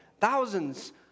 thousands